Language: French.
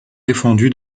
défendu